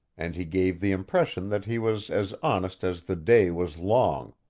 and he gave the impression that he was as honest as the day was long.